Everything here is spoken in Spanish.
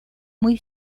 muy